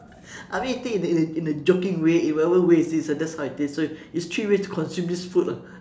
I mean you think in a in a joking way in whatever way is this ah that's how it is so it's three ways to consume this food lah